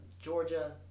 Georgia